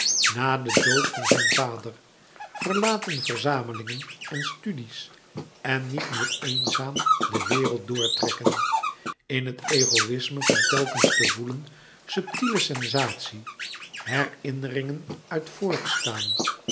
na den dood van zijn vader verlaten verzamelingen en studie's en niet meer eenzaam de wereld doortrekken in het egoïsme van telkens te voelen subtile sensatie herinneringen uit voorbestaan